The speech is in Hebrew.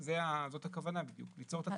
אבל איזה פעולות תרצו שיעשו?